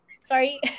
Sorry